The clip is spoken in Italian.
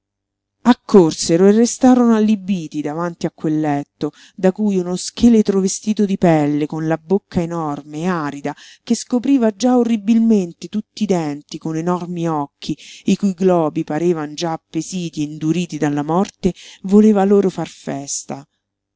e restarono allibiti davanti a quel letto da cui uno scheletro vestito di pelle con la bocca enorme arida che scopriva già orribilmente tutti i denti con enormi occhi i cui globi parevan già appesiti e induriti dalla morte voleva loro far festa